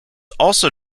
also